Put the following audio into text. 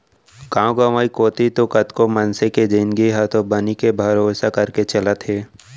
गांव गंवई कोती तो कतका मनसे के जिनगी ह तो बनी के भरोसा करके चलत हे